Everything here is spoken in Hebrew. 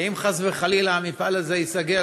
ואם חס וחלילה המפעל הזה ייסגר,